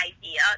idea